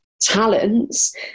talents